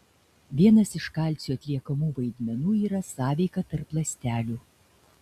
vienas iš kalcio atliekamų vaidmenų yra sąveika tarp ląstelių